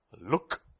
Look